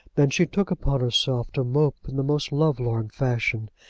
than she took upon herself to mope in the most love-lorn fashion,